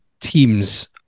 teams